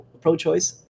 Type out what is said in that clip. pro-choice